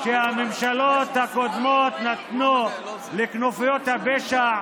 שהממשלות הקודמות נתנו לכנופיות הפשע